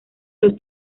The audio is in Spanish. los